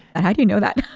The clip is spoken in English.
that. how do you know that?